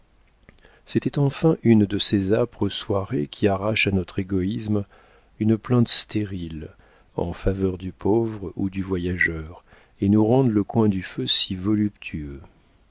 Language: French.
c'était enfin une de ces âpres soirées qui arrachent à notre égoïsme une plainte stérile en faveur du pauvre ou du voyageur et nous rendent le coin du feu si voluptueux